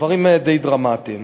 דברים די דרמטיים.